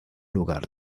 lugar